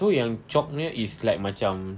so yang chalk nya is like macam